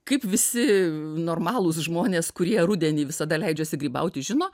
kaip visi normalūs žmonės kurie rudenį visada leidžiasi grybauti žino